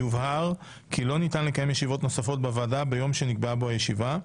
יובהר כי לא ניתן לקיים ישיבות נוספות בוועדה ביום שבו נקבעה הישיבה,